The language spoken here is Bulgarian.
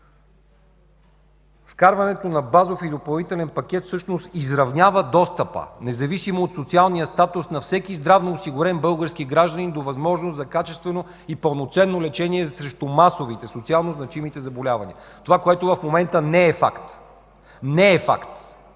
вкарването на базов и допълнителен пакет всъщност изравнява достъпа, независимо от социалния статус на всеки здравноосигурен български гражданин до възможност за качествено и пълноценно лечение срещу масовите, социално значимите заболявания – това, което в момента не е факт. Не е факт!